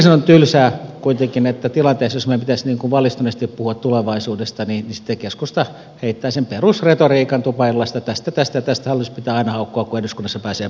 pikkasen on tylsää kuitenkin että tilanteessa jossa meidän pitäisi valistuneesti puhua tulevaisuudesta sitten keskusta heittää sen perusretoriikan tupaillasta että tästä tästä ja tästä hallitus pitää aina haukkua kun eduskunnassa pääsee puhumaan